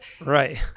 right